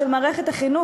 של מערכת החינוך,